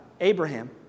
Abraham